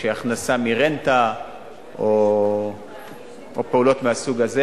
שהיא הכנסה מרנטה או פעולות מהסוג הזה.